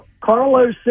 Carlos